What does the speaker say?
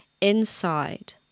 inside